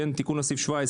תיקון לסעיף 17,